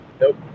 Nope